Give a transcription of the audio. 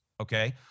okay